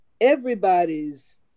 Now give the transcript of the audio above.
everybody's